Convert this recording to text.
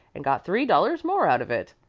and got three dollars more out of it.